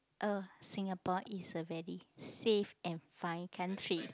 oh Singapore is a very safe and fine country